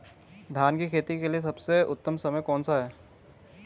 धान की खेती के लिए सबसे उत्तम समय कौनसा है?